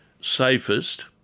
safest